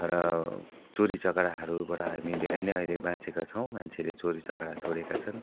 र चोरी चकराहरूबाट हामी धेरै नै अहिले बाँचेका छौँ मान्छेले चोरी चकेडा छोडेका छन्